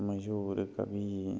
मश्हूर कवि